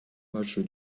match